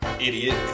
idiot